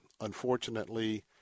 unfortunately